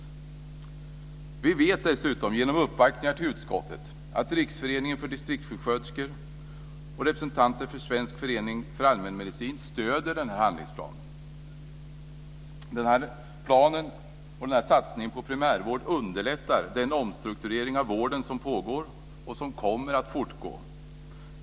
Dessutom vet vi genom utskottsuppvaktningar att Riksföreningen för distriktssjuksköterskor och representanter för Svensk Förening för allmänmedicin stöder handlingsplanen. Denna plan och satsning på primärvården underlättar den omstrukturering av vården som pågår, och som kommer att fortgå.